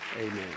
Amen